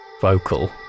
vocal